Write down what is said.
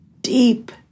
deep